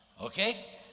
okay